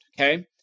okay